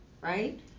right